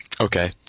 okay